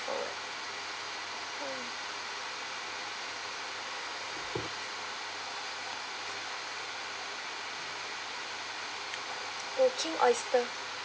forward cooking oyster